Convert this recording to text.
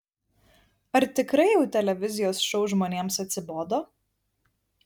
ar tikrai jau televizijos šou žmonėms atsibodo